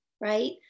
right